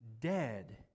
dead